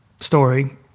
story